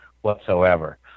whatsoever